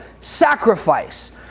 sacrifice